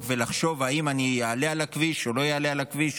ולחשוב: האם אני אעלה על הכביש או לא אעלה על הכביש?